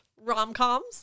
Rom-coms